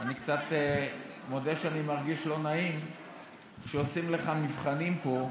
אני קצת מודה שאני מרגיש לא נעים שעושים לך מבחנים פה,